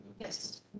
Yes